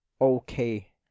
okay